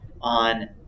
On